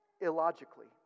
illogically